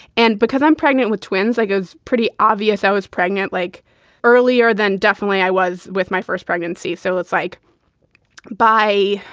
and because i'm pregnant with twins, i guess it's pretty obvious i was pregnant like earlier than definitely i was with my first pregnancy. so it's like by,